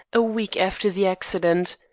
a week after the accident,